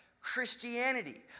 Christianity